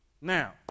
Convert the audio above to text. Now